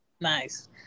Nice